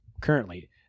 currently